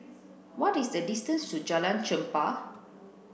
what is the distance to Jalan Chempah